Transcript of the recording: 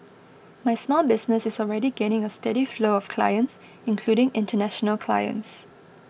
my small business is already gaining a steady flow of clients including international clients